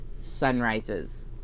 sunrises